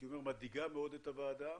מדאיגה מאוד את הוועדה